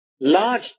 large